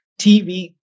TV